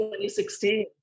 2016